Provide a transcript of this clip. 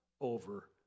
over